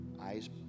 Eyes